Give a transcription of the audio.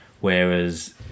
Whereas